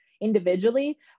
Individually